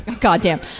Goddamn